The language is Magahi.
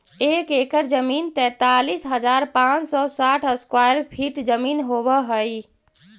एक एकड़ जमीन तैंतालीस हजार पांच सौ साठ स्क्वायर फीट जमीन होव हई